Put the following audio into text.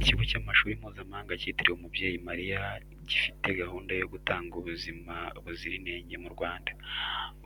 Ikigo cy'amashuri Mpuzamahanga cyitiriwe umubyeyi Mariya gifite gahunda yo gutanga ubuzima buzira inenge mu Rwanda.